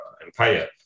empire